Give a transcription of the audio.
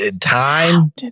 time